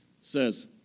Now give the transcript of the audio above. says